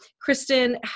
Kristen